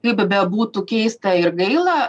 kaip bebūtų keista ir gaila